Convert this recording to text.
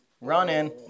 Running